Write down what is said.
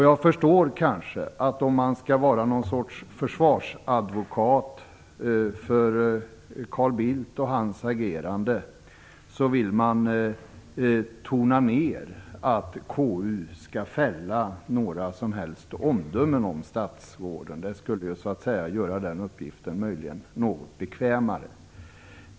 Jag förstår att man, om man skall vara någon sorts försvarsadvokat för Carl Bildt och hans agerande, kanske vill tona ned det faktum att KU skall fälla omdömen om statsråden. Det skulle göra den uppgiften något bekvämare.